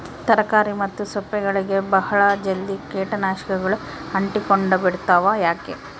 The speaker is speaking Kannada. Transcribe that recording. ತರಕಾರಿ ಮತ್ತು ಸೊಪ್ಪುಗಳಗೆ ಬಹಳ ಜಲ್ದಿ ಕೇಟ ನಾಶಕಗಳು ಅಂಟಿಕೊಂಡ ಬಿಡ್ತವಾ ಯಾಕೆ?